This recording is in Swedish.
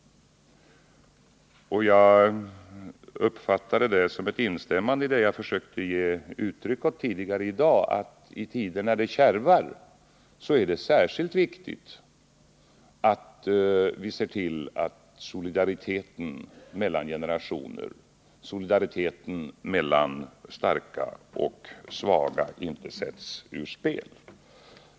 Jag uppfattade det som ett instämmande i det som jag tidigare i dag försökte ge uttryck åt, nämligen att i tider när det kärvar är det särskilt viktigt att vi ser till att solidariteten mellan generationerna och solidariteten mellan starka och svaga inte sätts ur spel.